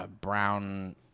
brown